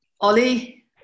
Ollie